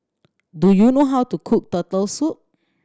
do you know how to cook Turtle Soup